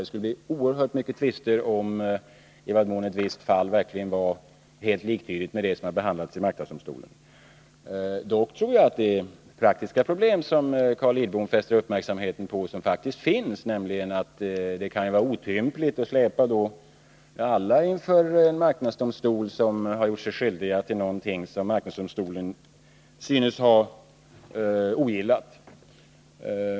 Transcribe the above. Det skulle bli oerhört många tvister om i vad mån ett visst fall verkligen var helt entydigt med ett annat som behandlats i marknadsdomstolen. Men det finns faktiskt praktiska problem — Carl Lidbom fäster uppmärksamheten på dessa. Det kan nämligen vara otympligt att släpa alla inför marknadsdomstolen som har gjort sig skyldiga till någonting som marknadsdomstolen synes ha ogillat.